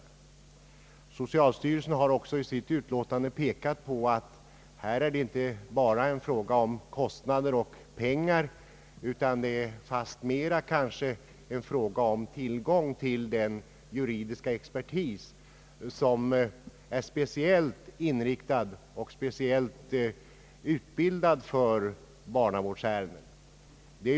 Socialstyrelsen har dessutom i sitt yttrande pekat på att detta inte bara är en fråga om kostnader och pengar utan kanske fastmera en fråga om tillgång på sådan juridisk expertis som är speciellt utbildad för och inriktad på barnavårdsärenden.